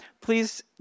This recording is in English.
please